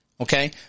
Okay